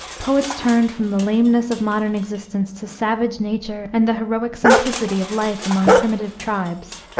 poets turned from the lameness of modern existence to savage nature and the heroic simplicity of life among primitive tribes.